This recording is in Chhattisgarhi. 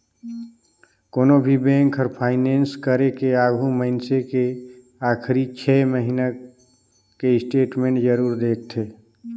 कोनो भी बेंक हर फाइनेस करे के आघू मइनसे के आखरी छे महिना के स्टेटमेंट जरूर देखथें